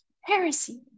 heresy